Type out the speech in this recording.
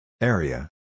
Area